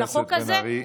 חברת הכנסת בן ארי.